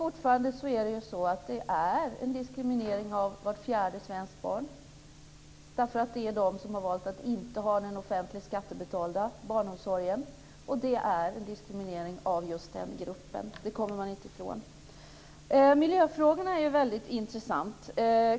Fortfarande är det fråga om diskriminering av vart fjärde svenskt barn. Det gäller då dem som valt att inte ha den offentligt, via skatter, betalda barnomsorgen. Att det är en diskriminering av just den gruppen kommer man inte ifrån. Miljöfrågorna är väldigt intressanta.